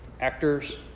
actors